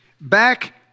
Back